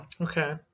Okay